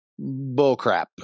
Bullcrap